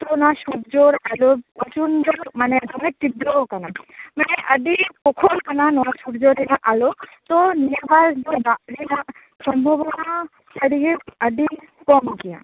ᱛᱚ ᱱᱚᱣᱟ ᱥᱩᱨᱡᱚᱨ ᱟᱞᱚᱠ ᱯᱨᱚᱪᱚᱱᱰᱳ ᱢᱟᱱᱮ ᱫᱚᱢᱮ ᱛᱤᱰᱨᱚ ᱣᱟᱠᱟᱱᱟ ᱢᱟᱱᱮ ᱟᱹᱰᱤ ᱯᱨᱚᱠᱷᱚᱨ ᱠᱟᱱᱟ ᱱᱚᱣᱟ ᱥᱩᱨᱡᱚ ᱨᱮᱱᱟᱜ ᱟᱞᱚᱠ ᱛᱚ ᱱᱤᱭᱟ ᱵᱟᱨ ᱫᱚ ᱫᱟᱜ ᱨᱮᱱᱟᱜ ᱥᱚᱢᱵᱷᱚᱵᱚᱱᱟ ᱟ ᱰᱤᱜᱮ ᱟ ᱰᱤ ᱠᱚᱢ ᱜᱮᱭᱟ